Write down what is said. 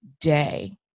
day